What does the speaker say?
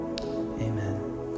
Amen